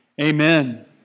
amen